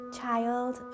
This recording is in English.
child